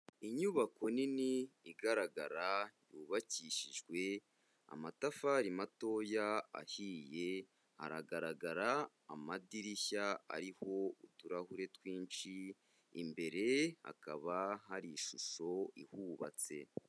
Inyubako nini igaragara yubakishijwe amatafari matoya ahiye, haragaragara amadirishya ariho utuhure twinshi, imbere hakaba hari ishusho ihubatse.